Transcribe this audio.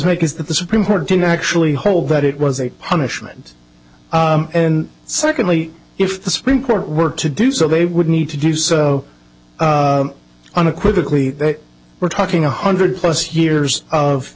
make is that the supreme court didn't actually hold that it was a punishment and secondly if the supreme court were to do so they would need to do so on a quickly we're talking a hundred plus years of